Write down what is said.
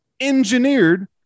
engineered